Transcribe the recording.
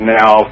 now